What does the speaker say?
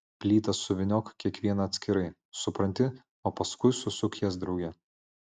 plytas suvyniok kiekvieną atskirai supranti o paskui susuk jas drauge